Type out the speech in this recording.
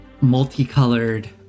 multicolored